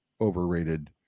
overrated